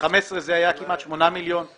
בגלל שמדובר